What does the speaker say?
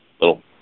little